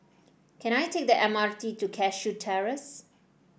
can I take the M R T to Cashew Terrace